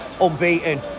unbeaten